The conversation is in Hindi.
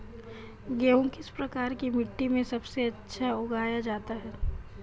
गेहूँ किस प्रकार की मिट्टी में सबसे अच्छा उगाया जाता है?